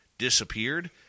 disappeared